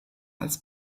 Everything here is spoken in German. als